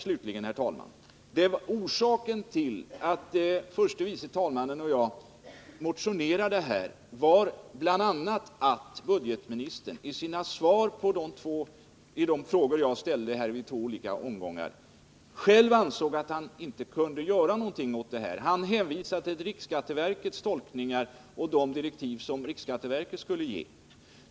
Slutligen, herr talman: Orsaken till att förste vice talmannen och jag motionerade var bl.a. att budgetministern i sina svar på de frågor jag ställt i två olika omgångar själv ansåg att han inte kunde göra någonting åt detta. Han hänvisade till riksskatteverkets tolkningar och de direktiv som riksskatteverket skulle utfärda.